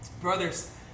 Brothers